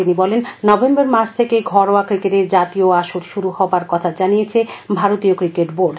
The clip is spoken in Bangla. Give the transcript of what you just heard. তিনি বলেন নভেশ্বর মাস থেকে ঘরোয়া ক্রিকেটের জাতীয় আসর শুরু হবার কখা জানিয়েছে ভারতীয় ক্রিকেট বোর্ড